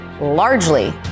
largely